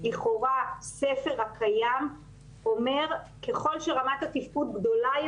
לכאורה הספר הקיים אומר: ככל שרמת התפקוד גדולה,